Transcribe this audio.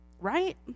right